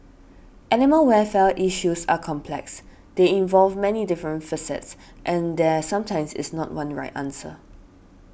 animal welfare issues are complex they involve many different facets and there sometimes is not one right answer